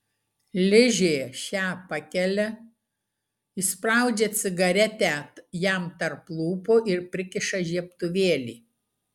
ližė šią pakelia įspraudžia cigaretę jam tarp lūpų ir prikiša žiebtuvėlį